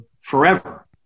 forever